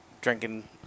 drinking